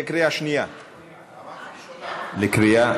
קריאה שנייה-שלישית, לא?